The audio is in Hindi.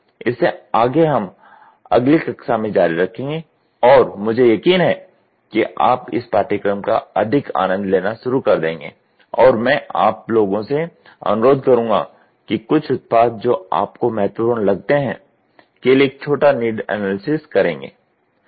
इससे आगे हम अगली कक्षा में जारी रखेंगे और मुझे यकीन है कि आप इस पाठ्यक्रम का अधिक आनंद लेना शुरू कर देंगे और मैं आप लोगों से अनुरोध करूंगा कि कुछ उत्पाद जो आपको महत्वपूर्ण लगते हैं के लिए एक छोटा नीड एनालिसिस करेंगे